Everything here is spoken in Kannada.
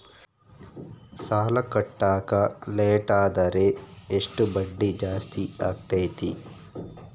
ಸಾಲ ಕಟ್ಟಾಕ ಲೇಟಾದರೆ ಎಷ್ಟು ಬಡ್ಡಿ ಜಾಸ್ತಿ ಆಗ್ತೈತಿ?